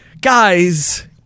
guys